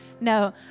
no